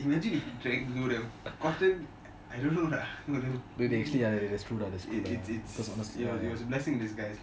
imagine if we had drank we would have gotten I don't know lah you know it's it's it's actually it was a blessing in disguise